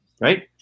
right